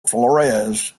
flores